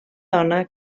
dona